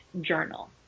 journal